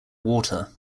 water